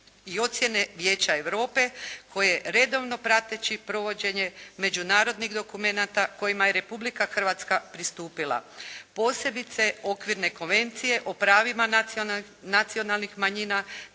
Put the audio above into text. i ocjene Vijeće Europe koje redovno prateći provođenje međunarodnih dokumenata kojima je Republika Hrvatska pristupila, posebice Okvirne konvencije o pravima nacionalnih manjina